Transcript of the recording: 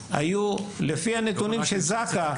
אפשר לראות לפי הנתונים של זק״א,